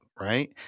right